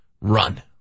run